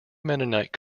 mennonite